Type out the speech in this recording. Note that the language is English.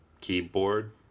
keyboard